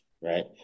right